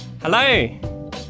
Hello